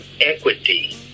equity